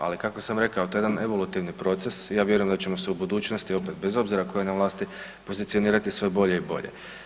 Ali kako sam rekao, to je jedan evolutivni proces, ja vjerujem da ćemo se u budućnosti, bez obzira tko je na vlasti, pozicionirati sve bolje i bolje.